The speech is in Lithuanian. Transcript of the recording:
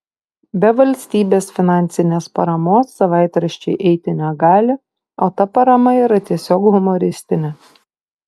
be valstybės finansinės paramos savaitraščiai eiti negali o ta parama yra tiesiog humoristinė